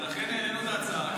לכן העלינו את ההצעה,